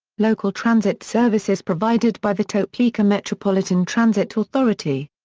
local transit service is provided by the topeka metropolitan transit authority.